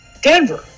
Denver